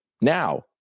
now